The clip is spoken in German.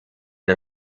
der